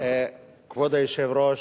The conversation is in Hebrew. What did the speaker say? כבוד היושב-ראש,